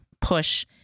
push